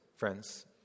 Friends